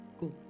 go